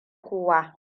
kowa